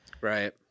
Right